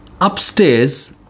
Upstairs